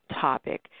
topic